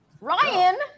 Ryan